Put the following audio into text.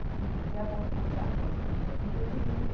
and then the devil comes out and goes boogie, boogie, boogie.